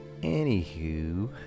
anywho